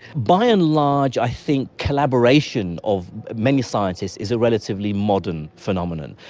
by and large i think collaboration of many scientists is a relatively modern phenomenon.